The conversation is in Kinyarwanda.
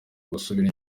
gusubira